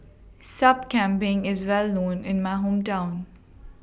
Sup Kambing IS Well known in My Hometown